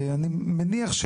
אני מניח,